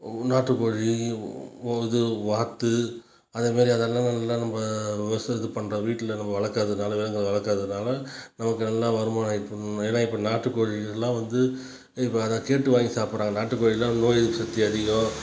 நாட்டு கோழி இது வாத்து அதேமாரி அதெல்லாம் நம்ம வீட்டில் இது பண்ணுறதுனால வீட்டில் வளர்க்குறதுனால நமக்கு நல்லா வருமானம் ஏன்னா இப்போ நாட்டு கோழிலாம் வந்து கேட்டு வாங்கி சாப்பிடுறாங்க நாட்டு கோழியெலாம் நோய் எதிர்ப்பு சக்தி அதிக